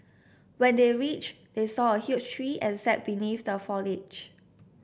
when they reached they saw a huge tree and sat beneath the foliage